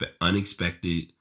unexpected